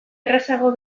errazago